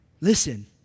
listen